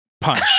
Punch